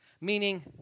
Meaning